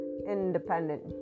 independent